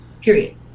Period